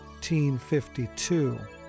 1952